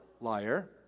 Liar